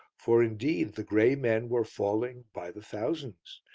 for, indeed, the grey men were falling by the thousands.